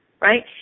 Right